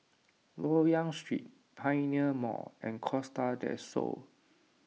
Loyang Street Pioneer Mall and Costa del Sol